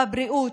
בבריאות,